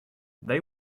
they